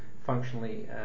functionally